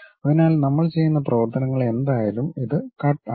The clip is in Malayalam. അതിനാൽ നമ്മൾ ചെയ്യുന്ന പ്രവർത്തനങ്ങൾ എന്തായാലും ഇത് കട്ട് ആണ്